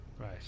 right